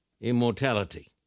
immortality